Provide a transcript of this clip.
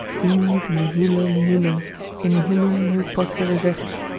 gigni de nihilo nihilum in nihilum nil posse reverti.